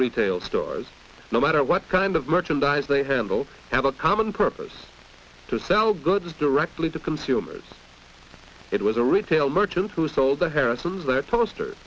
retail stores no matter what kind of merchandise they handle have a common purpose to sell goods directly to consumers it was a retail merchants who sold the harris